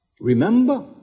Remember